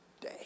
day